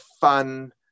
fun